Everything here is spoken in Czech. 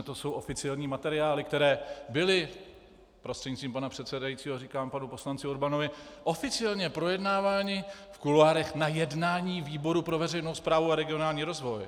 To jsou oficiální materiály, které byly, prostřednictvím pana předsedajícího říkám panu poslanci Urbanovi, oficiálně projednávány v kuloárech na jednání výboru pro veřejnou správu a regionální rozvoj.